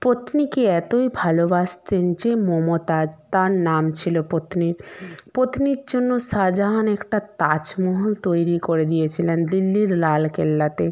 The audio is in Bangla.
পত্নীকে এতই ভালোবাসতেন যে মমতাজ তার নাম ছিল পত্নীর পত্নীর জন্য শাহজাহান একটা তাজমহল তৈরি করে দিয়েছিলেন দিল্লির লালকেল্লাতে